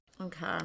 Okay